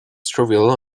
trivial